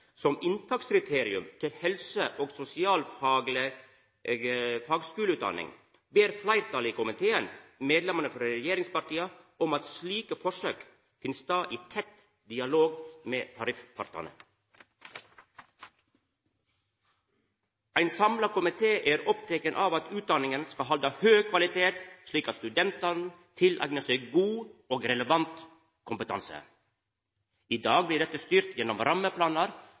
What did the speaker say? som inntakskriterium til helse- og sosialfagleg fagskuleutdanning, ber fleirtalet i komiteen, medlemene frå regjeringspartia, om at slike forsøk finn stad i tett dialog med tariffpartane. Ein samla komité er oppteken av at utdanningane skal halda høg kvalitet, slik at studentane tileignar seg god og relevant kompetanse. I dag blir dette styrt gjennom rammeplanar